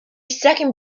second